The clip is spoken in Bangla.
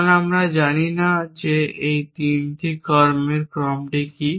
কারণ আমরা জানি না যে এই 3টি কর্মের ক্রম কী